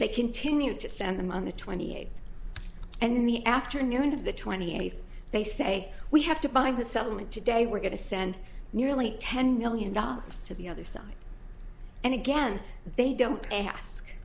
they continue to send them on the twenty eighth and in the afternoon of the twenty eighth they say we have to buy the settlement today we're going to send nearly ten million dollars to the other side and again they don't ask